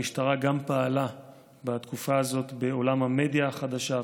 המשטרה גם פעלה בתקופה הזאת בעולם המדיה החדשה,